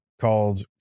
called